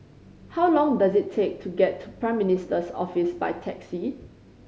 how long does it take to get to Prime Minister's Office by taxi